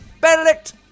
Benedict